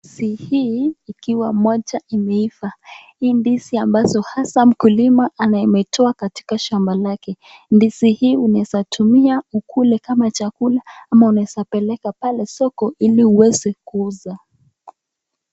Ndisi hii, ikiwa moja imeiva, hii ndizi ambaso hasa mkulima ameitoa katika shamba lake, ndizi hii unaeza rumia ukule kaa chakula, ama unaeza peleka pale soko, ili uweze kuuza.